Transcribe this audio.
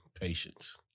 patience